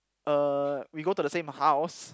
uh we go to the same house